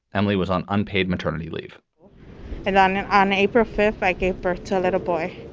emily was on unpaid maternity leave and on and on april fifth, i gave birth to a little boy.